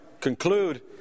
conclude